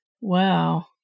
wow